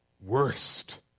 worst